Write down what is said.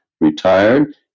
retired